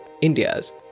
India's